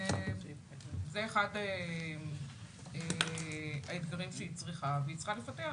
זה אחד האתגרים שהיא צריכה לפתח.